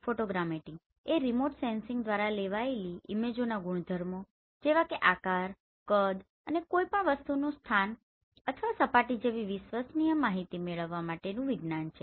photogrammetry એ remote sensing દ્વારા લેવાયેલી ઈમેજોના ગુણધર્મો જેવા કે આકાર કદ અને કોઈ પણ વસ્તુનુ સ્થાન અથવા સપાટી જેવી વિશ્વસનીય માહિતી મેળવવા માટેનું વિજ્ઞાન છે